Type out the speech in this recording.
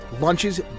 Lunches